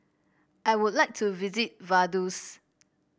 I would like to visit Vaduz